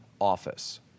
office